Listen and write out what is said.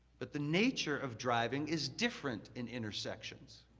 but the nature of driving is different in intersections.